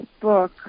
book